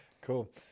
Cool